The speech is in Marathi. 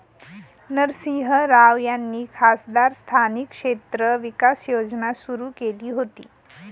नरसिंह राव यांनी खासदार स्थानिक क्षेत्र विकास योजना सुरू केली होती